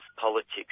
politics